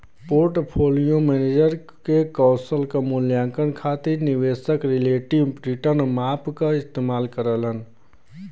portfolio manager के कौशल क मूल्यांकन खातिर निवेशक रिलेटिव रीटर्न माप क इस्तेमाल करलन